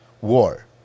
war